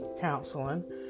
counseling